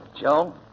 Joe